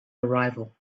arrival